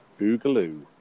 Boogaloo